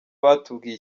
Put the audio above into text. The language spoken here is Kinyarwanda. batubwiye